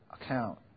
account